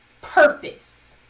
purpose